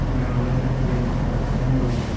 അങ്ങനുള്ളത് ഗെയിംസുകൾ അങ്ങനുള്ളതും